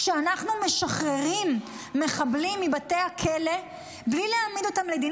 כשאנחנו משחררים מחבלים מבתי הכלא בלי להעמיד אותם לדין,